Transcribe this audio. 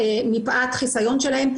מפאת החיסיון שלהם.